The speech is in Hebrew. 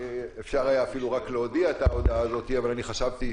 אפשר היה אפילו רק להודיע את ההודעה זאת.